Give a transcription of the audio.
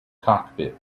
cockpit